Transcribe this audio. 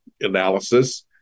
analysis